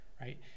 right